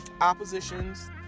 oppositions